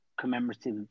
Commemorative